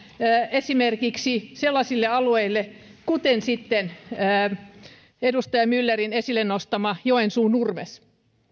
esimerkiksi sellaisille alueille kuten edustaja myllerin esille nostama joensuu nurmes